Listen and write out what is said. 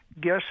Guess